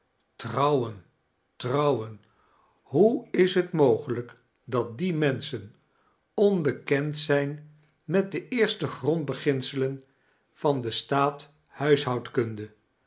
trouwen trouwen hoe is t mogelijk dat die menkerstvebtellingen sohen onbekend zijn met de eerste grondbeginselen van de